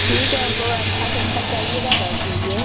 ठीक है हमको अच्छा से अच्छा चाहिएगा बस यही है